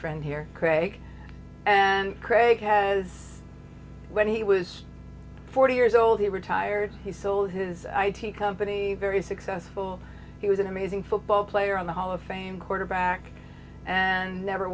friend here craig and craig has when he was forty years old he retired he sold his i t company very successful he was an amazing football player in the hall of fame quarterback and never